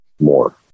more